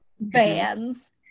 bands